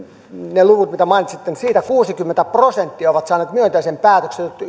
ne luvut jotka mainitsitte ministeri niin niistä käsitellyistä kuusikymmentä prosenttia on saanut myönteisen päätöksen